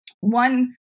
one